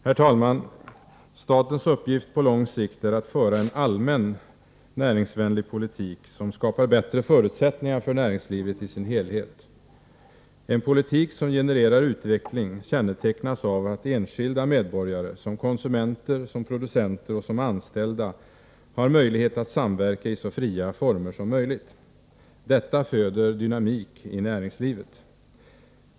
Herr talman! Statens uppgift på lång sikt är att föra en allmänt näringsvänlig politik, som skapar bättre förutsättningar för näringslivet i dess helhet. En politik som genererar utvecklingen kännetecknas av att enskilda medborgare, som konsumenter, som producenter och som anställda har möjlighet att samverka i så fria former som möjligt. Detta föder dynamik i näringslivet.